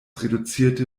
reduzierte